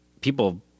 people